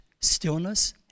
stillness